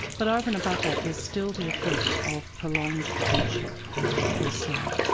but over and above that there is still the effect of prolonged detention per se.